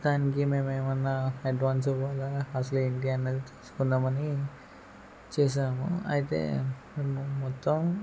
దానికి మేమేమన్నా అడ్వాన్స్ ఇవ్వాలా అసలు ఏంటి అన్నది తెలుసుకుందామని చేసాము అయితే మేము మొత్తం